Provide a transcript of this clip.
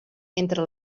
entre